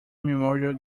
memorial